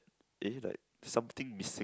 eh like something missing